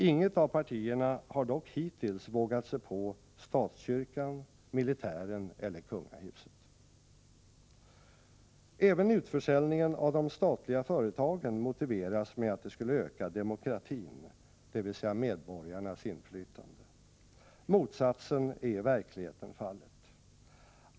Inget av partierna har dock hittills vågat sig på statskyrkan, militären eller kungahuset. Även utförsäljningen av de statliga företagen motiveras med att det skulle öka demokratin, dvs. medborgarnas inflytande. Motsatsen är i verkligheten fallet.